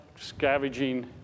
scavenging